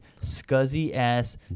scuzzy-ass